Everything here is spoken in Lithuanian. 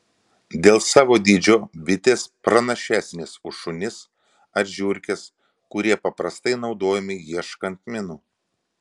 dėl savo dydžio bitės pranašesnės už šunis ar žiurkes kurie paprastai naudojami ieškant minų